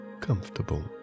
comfortable